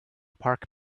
park